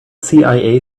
cia